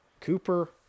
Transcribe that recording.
Cooper